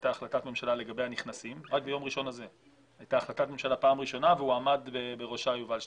הייתה החלטת ממשלה לגבי הנכנסים בפעם הראשונה ועמד בראשה יובל שטייניץ.